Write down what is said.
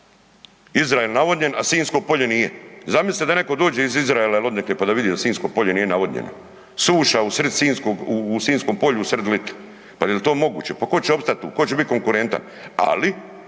Izrael navodnjen, a Sinjsko polje nije. Zamislite da netko dođe iz Izraela ili odnekle pa da vidi da Sinjsko polje nije navodnjeno. Suša u Sinjskom polju u srid lita. Pa jel to moguće? Tko će opstat tu? Tko će biti konkurentan? Ali